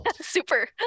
Super